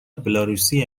بلاروسی